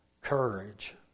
courage